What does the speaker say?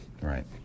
Right